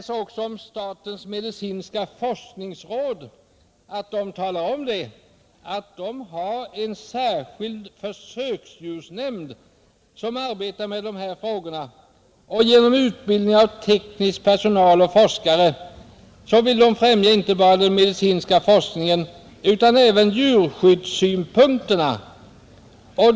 Statens medicinska forskningsråd anför att man har en permanent kommitté, försöksdjursnämnden, som arbetar med dessa frågor. Genom utbildning av såväl teknisk personal som forskare vill man främja inte bara den medicinska forskningen utan även djurskyddssynpunkterna.